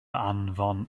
anfon